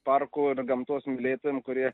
parkų ir gamtos mylėtojam kurie